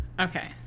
okay